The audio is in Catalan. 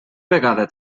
vegada